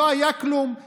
לא היה כלום,